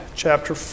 Chapter